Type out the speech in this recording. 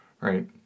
Right